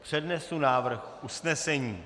Přednesu návrh usnesení: